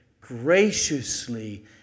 graciously